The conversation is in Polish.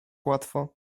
łatwo